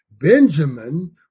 Benjamin